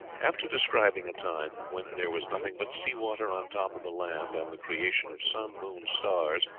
after describing a time when there was nothing but sea-water on top of the land, and the creation of sun, moon, stars,